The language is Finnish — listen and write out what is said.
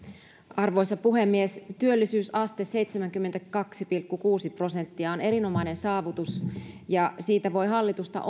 arvoisa puhemies työllisyysaste seitsemänkymmentäkaksi pilkku kuusi prosenttia on erinomainen saavutus ja siitä voi hallitusta